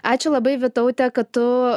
ačiū labai vytaute kad tu